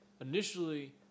Initially